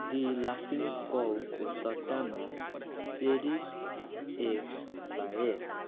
the लाफिङ काउको सट्टामा चेरिस एक्स पाएँ